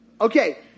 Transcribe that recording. Okay